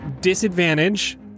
disadvantage